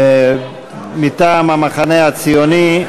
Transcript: מטעם המחנה הציוני.